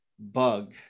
bug